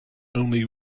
only